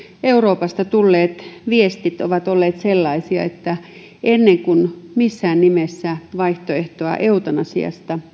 euroopasta tulleet viestit ovat olleet sellaisia että ennen kuin missään nimessä harkittaisiin vaihtoehtoa eutanasiasta